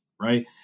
right